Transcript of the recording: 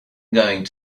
going